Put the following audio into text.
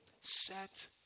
set